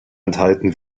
enthalten